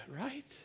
right